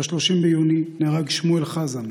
ב-30 ביוני נהרג שמואל חזן,